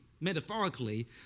metaphorically